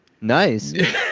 nice